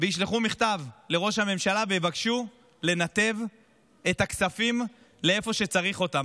ישלחו מכתב לראש הממשלה ויבקשו לנתב את הכספים לאיפה שצריך אותם.